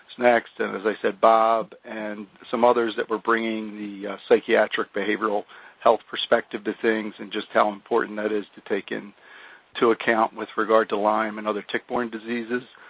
and as i said bob, and some others that were bringing the psychiatric behavioral health perspective to things and just how important that is to take in to account with regard to lyme and other tick-borne diseases.